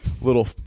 little